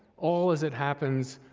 all as it happens,